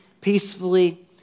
peacefully